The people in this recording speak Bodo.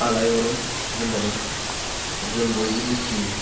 आलायअरन होन्नानै जों बयबो मिथियो